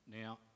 Now